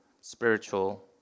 spiritual